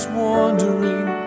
wandering